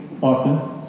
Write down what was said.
often